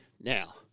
now